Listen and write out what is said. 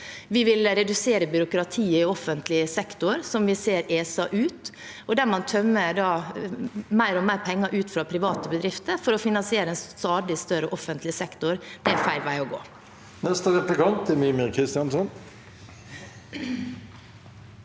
Vi vil redusere byråkratiet i offentlig sektor, som vi ser eser ut. Å tømme mer og mer penger ut fra private bedrifter for å finansiere en stadig større offentlig sektor er feil vei å gå. Mímir Kristjánsson